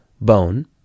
bone